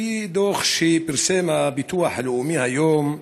לפי דוח שפרסם הביטוח הלאומי היום,